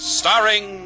starring